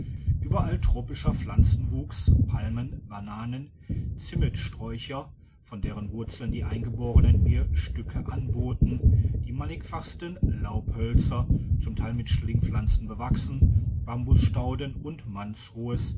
entzückt ueberall tropischer pflanzenwuchs palmen bananen zimmetsträucher von deren wurzeln die eingeborenen mir stücke anboten die mannigfachsten laubhölzer zum teil mit schlingpflanzen bewachsen bambusstauden und mannshohes